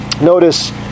Notice